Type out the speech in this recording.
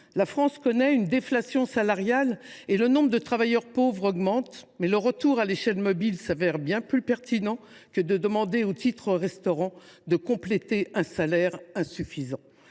la France connaît une déflation salariale et le nombre de travailleurs pauvres augmente, mais le retour à l’échelle mobile se révélerait bien plus pertinent pour y faire face que de demander au titre restaurant de compléter un salaire insuffisant.